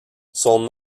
son